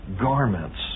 garments